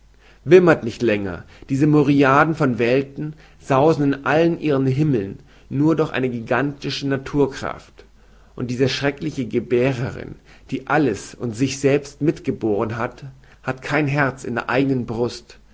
wimmert nicht länger diese myriaden von welten saußen in allen ihren himmeln nur durch die gigantische naturkraft und diese schreckliche gebärerin die alles und sich selbst mit geboren hat hat kein herz in der eigenen brust